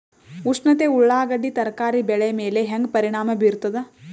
ಉಷ್ಣತೆ ಉಳ್ಳಾಗಡ್ಡಿ ತರಕಾರಿ ಬೆಳೆ ಮೇಲೆ ಹೇಂಗ ಪರಿಣಾಮ ಬೀರತದ?